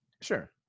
sure